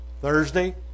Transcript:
Thursday